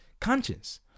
conscience